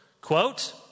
quote